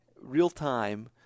real-time